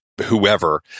whoever